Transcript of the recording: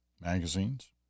magazines